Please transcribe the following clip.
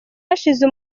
hashize